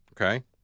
Okay